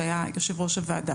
שהיה יושב ראש הוועדה.